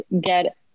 get